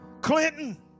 Clinton